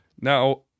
now